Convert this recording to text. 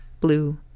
blue